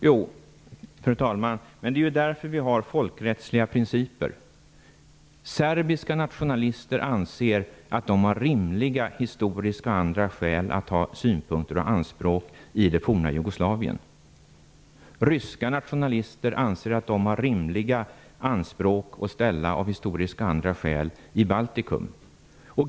Fru talman! Jo, men det är ju därför som vi har folkrättsliga principer. Serbiska nationalister anser att de har rimliga historiska och andra skäl att ha synpunkter och anspråk i det forna Jugoslavien. Ryska nationalister anser att de har rimliga anspråk att ställa, av historiska och andra skäl, i Baltikum.